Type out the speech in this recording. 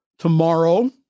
Tomorrow